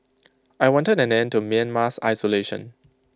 I wanted an end to Myanmar's isolation